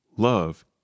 love